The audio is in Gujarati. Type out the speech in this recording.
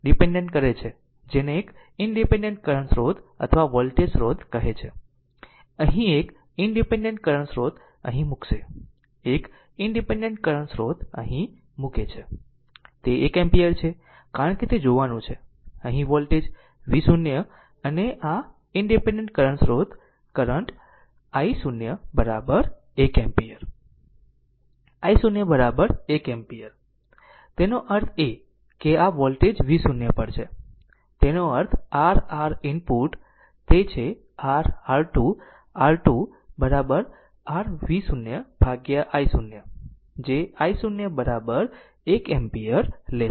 ડીપેન્ડેન્ટ કરે છે જેને એક ઇનડીપેન્ડેન્ટ કરંટ સ્રોત અથવા વોલ્ટેજ સ્રોત કહે છે અહીં એક ઇનડીપેન્ડેન્ટ કરંટ સ્રોત અહીં મૂકશે એક ઇનડીપેન્ડેન્ટ કરંટ સ્રોત મૂકી શકે છે તે 1 એમ્પીયર છે કારણ કે તે જોવાનું છે અહીં વોલ્ટેજ V0 અને આ ઇનડીપેન્ડેન્ટ કરંટ સ્રોત current i0 1 ampere i0 1 ampere તેનો અર્થ એ કે આ વોલ્ટેજ V0 પર છે તેનો અર્થ r R ઇનપુટ તે છે r R2 R2 r V0 ભાગ્યા i0 જે i0 1 એમ્પીયર લેશે